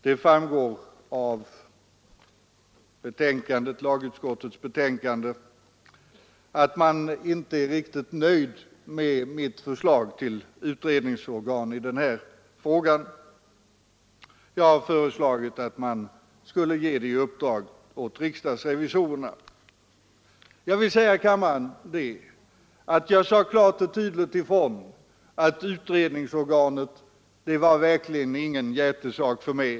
Det framgår av utskottsmajoritetens skrivning att man inte är riktigt nöjd med mitt förslag till utredningsorgan i den här frågan. Jag har föreslagit att utredningsuppdraget skulle ges åt riksdagsrevisorerna. Jag vill säga till kammarens ledamöter att jag i utskottet klart och tydligt sagt ifrån att frågan om utredningsorganet verkligen inte var någon hjärtesak för mig.